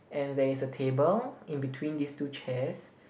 and there is a table in between these two chairs